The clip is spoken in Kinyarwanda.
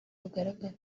bugaragara